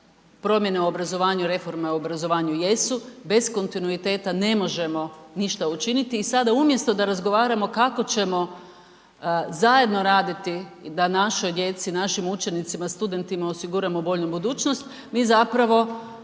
promjene u obrazovanju i reforme u obrazovanju jesu, bez kontinuiteta ne možemo ništa učiniti i sada umjesto da razgovaramo kako ćemo zajedno raditi da našoj djeci, našim učenicima, studentima osiguramo bolju budućnost, mi zapravo